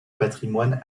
patrimoine